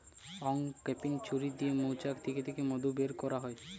uncapping ছুরি দিয়ে মৌচাক থিকে মধু বের কোরা হয়